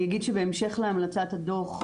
אני אגיד שבהמשך להמלצת הדוח,